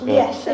yes